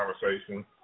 conversation